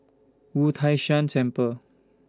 Wu Tai Shan Temple